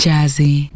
Jazzy